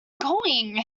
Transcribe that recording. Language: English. going